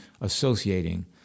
associating